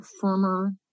firmer